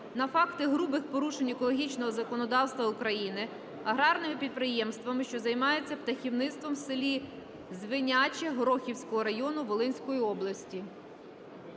на факти грубих порушень екологічного законодавства України аграрними підприємствами, що займаються птахівництвом у селі Звиняче Горохівського району Волинської області.